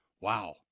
wow